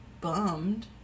bummed